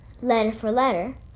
letter-for-letter